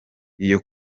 iyo